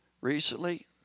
recently